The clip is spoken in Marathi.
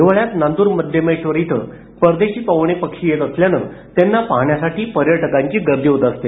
हिवाळ्यात नांद्रमध्यमेश्वर इथे परदेशी पाहूणे पक्षी येत असल्यानं त्यांना पाहण्यासाठी पर्यटकांची गर्दी होत असते